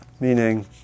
Meaning